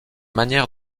manière